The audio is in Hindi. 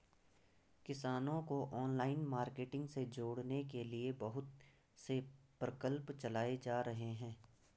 किसानों को ऑनलाइन मार्केटिंग से जोड़ने के लिए बहुत से प्रकल्प चलाए जा रहे हैं